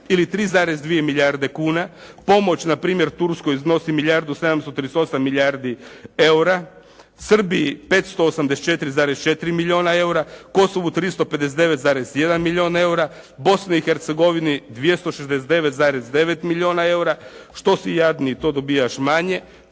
ili 3,2 milijarde kuna. Pomoć na primjer Turskoj iznosi milijardu 738 milijardi EUR-a, Srbiji 584,4 milijuna EUR-a, Kosovu 359,1 milijun EUR-a, Bosni i Hercegovini 269,9 milijuna EUR-a. Što si jadniji to dobivaš manje.